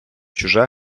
чуже